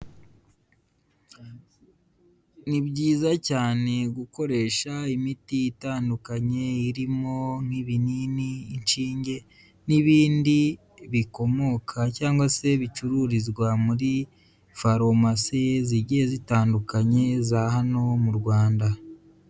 Ni byiza cyane gukoresha imiti itandukanye irimo nk'ibinini, inshinge n'ibindi bikomoka cyangwa se bicururizwa muri faromasi zigiye zitandukanye za hano mu Rwanda.